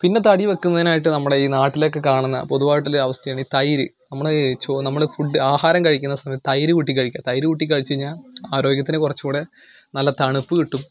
പിന്നെ തടി വയ്ക്കുന്നതിനായിട്ട് നമ്മുടെ ഈ നാട്ടിലൊക്കെ കാണുന്ന പൊതുവായിട്ടുള്ള അവസ്ഥയാണ് ഈ തൈര് നമ്മളെ ചൊ നമ്മൾ ഫുഡ് ആഹാരം കഴിക്കുന്ന സമയത്ത് തൈര് കൂട്ടി കഴിക്കുക തൈര് കൂട്ടി കഴിച്ച് കഴിഞ്ഞാൽ ആരോഗ്യത്തിന് കുറച്ചുകൂടെ നല്ല തണുപ്പ് കിട്ടും